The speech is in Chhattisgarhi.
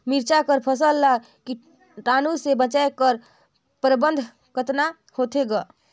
मिरचा कर फसल ला कीटाणु से बचाय कर प्रबंधन कतना होथे ग?